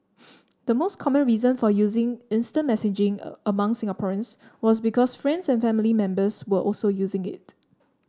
the most common reason for using instant messaging a among Singaporeans was because friends and family members were also using it